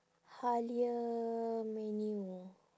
Halia menu